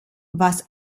was